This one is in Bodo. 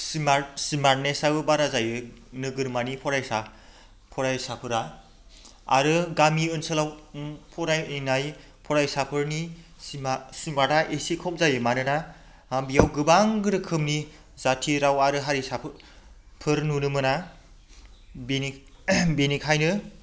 स्मार्ट स्मार्टनेसआबो बारा जायो नोगोरमानि फरायसाफोरा आरो गामि ओनसोलाव फरायनाय फरायसाफोरनि स्मार्टआ एसे खम जायो मानोना बेयाव गोबां रोखोमनि जाथि राव हारिसाफोर नुनो मोना बेनिखायनो